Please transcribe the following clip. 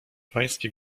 pańskie